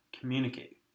communicate